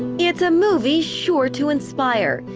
it's a movie sure to inspire.